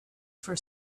for